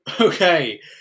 Okay